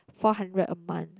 four hundred a month